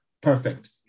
perfect